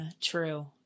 True